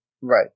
Right